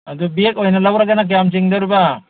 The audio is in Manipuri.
ꯑꯗꯨ ꯕꯦꯛ ꯑꯣꯏꯅ ꯂꯧꯔꯒꯅ ꯀꯌꯥꯝ ꯆꯤꯡꯗꯣꯔꯤꯕ